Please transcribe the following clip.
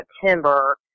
September